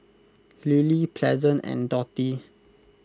Lily Pleasant and Dottie